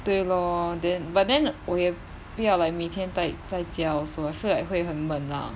对 lor then but then 我也不要 like 每天待在家 also I feel like 会很闷 lah